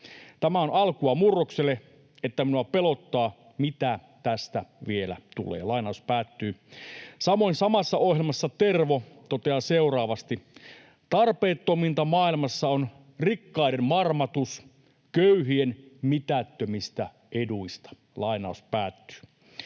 Tämä on alkua murrokselle. Että minua pelottaa, mitä tästä vielä tulee.” Samoin samassa ohjelmassa Tervo toteaa seuraavasti: ”Tarpeettominta maailmassa on rikkaiden marmatus köyhien mitättömistä eduista.” Heiltä, paljon